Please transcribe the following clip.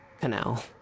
canal